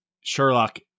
Sherlock